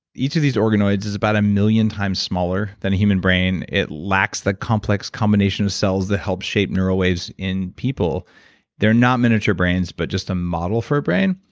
each of these organoids is about a million times smaller than a human brain. it lacks the complex combination of cells that help shape neural waves in people they're not miniature brains, but just a model for a brain,